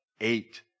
eight